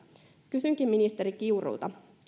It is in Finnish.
kysynkin ministeri kiurulta